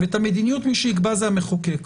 ואת המדיניות מי שיקבע זה המחוקק.